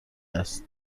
است